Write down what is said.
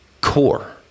core